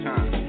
Time